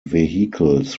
vehicles